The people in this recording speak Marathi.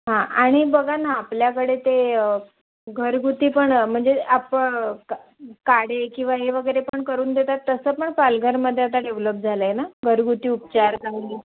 हां आणि बघा ना आपल्याकडे ते घरगुती पण म्हणजे आप का काढे किंवा हे वगैरे पण करून देतात तसं पण पालघरमध्ये आता डेव्हलप झालं आहे ना घरगुती उपचार चांगली